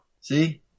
See